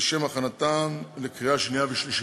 לשם הכנתן לקריאה שנייה ושלישית.